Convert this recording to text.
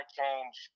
change